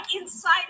inside